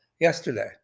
yesterday